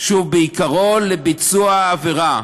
שוב, בעיקרו, לביצוע העבירה,